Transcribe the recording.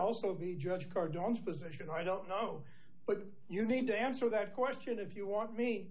also be judged cardon to position i don't know but you need to answer that question if you want me